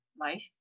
life